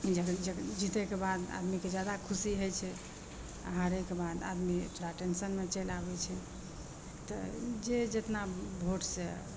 जेना जितैके बाद आदमीकेँ जादा खुशी होइ छै हारैके बाद आदमी थोड़ा टेन्शनमे चलि आबै छै तऽ जे जतना भोटसे